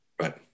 Right